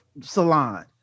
salon